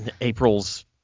April's